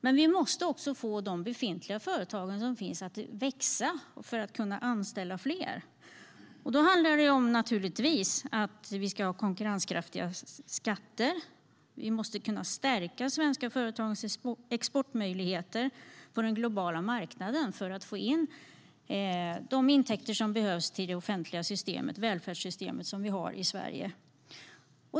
Men vi måste också få de befintliga företagen att växa och anställa fler. Då handlar det naturligtvis om att vi ska ha konkurrenskraftiga skatter. Vi måste kunna stärka de svenska företagens exportmöjligheter på den globala marknaden för att få de intäkter som behövs till det offentliga välfärdssystem vi har i Sverige.